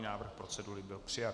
Návrh procedury byl přijat.